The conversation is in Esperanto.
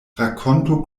rakonto